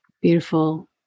beautiful